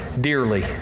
dearly